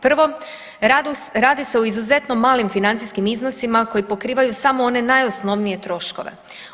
Prvo, radi se o izuzetno malim financijskim iznosima koji pokrivaju samo one najosnovnije troškove.